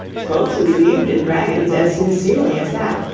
folks who believed in dragons as sincerely as that,